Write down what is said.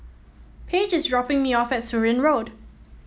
Paige is dropping me off at Surin Road